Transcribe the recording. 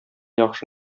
яхшы